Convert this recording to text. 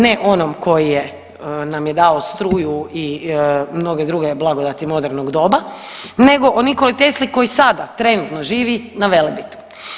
Ne onom koji je nam je dao struju i mnoge druge blagodati modernog doba nego o Nikoli Tesli koji sada trenutno živi na Velebitu.